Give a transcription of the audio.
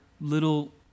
little